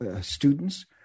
students